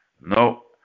No